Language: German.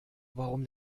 warum